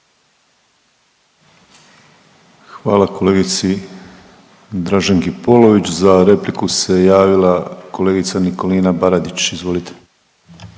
Hvala kolegici Draženki Polović. Za repliku se javila kolegica Nikolina Baradić, izvolite.